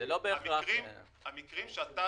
המקרים שאתה